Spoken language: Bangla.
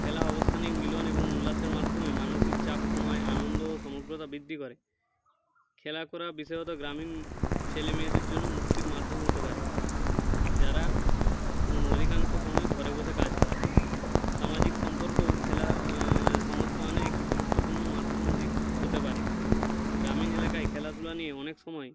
খেলা অবসাম্ভিক মিলন এবং উল্লাসের মাধ্যমে মানসিক চাপ কমায় আনন্দ ও সমগ্রতা বৃদ্ধি করে খেলা করা বিশেষত গ্রামীণ ছেলে মেয়েদের জন্য মুক্তির মাধ্যম হতে পারে যারা অধিকাংশ সময় ঘরে বসে কাজ করেন সামাজিক সম্পর্কও খেলার সংস্করণে একটি গুরুত্বপূর্ণ মাধ্যম দিক হতে পারে গ্রামীণ এলাকায় খেলাধুলা নিয়ে অনেক সময়